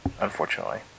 Unfortunately